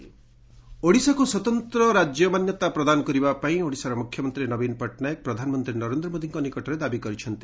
ନବୀନ ପିଏମ୍ ଓଡିଶାକୁ ସ୍ୱତନ୍ତ୍ର ରାଜ୍ୟ ମାନ୍ୟତା ପ୍ରଦାନ କରିବା ପାଇଁ ଓଡିଶାର ମ୍ରଖମନ୍ତ୍ରୀ ନବୀନ ପଟ୍ଟନାୟକ ପ୍ରଧାନମନ୍ତ୍ରୀ ନରେନ୍ଦ୍ର ମୋଦିଙ୍କ ନିକଟରେ ଦାବି କରିଛନ୍ତି